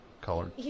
colored